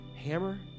hammer